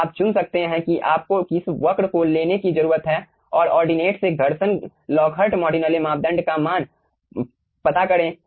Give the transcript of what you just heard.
तो आप चुन सकते हैं कि आपको किस वक्र को लेने की जरूरत है और ऑर्डिनेट से घर्षण लॉकहार्ट मार्टिनेली मापदंड का मान पता करें